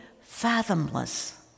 fathomless